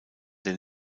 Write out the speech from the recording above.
der